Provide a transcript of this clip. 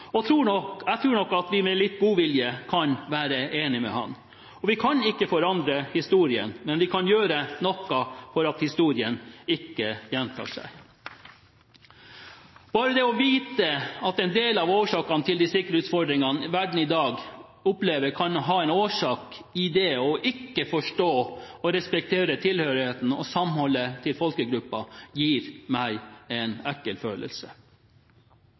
Jeg tror nok at vi med litt godvilje kan være enig med ham. Vi kan ikke forandre historien, men vi kan gjøre noe for å hindre at historien gjentar seg. Bare det å vite at en del av årsaken til de sikkerhetsutfordringene verden i dag opplever, kan være det å ikke forstå og respektere tilhørigheten og samholdet til folkegrupper, gir meg en